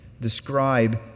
describe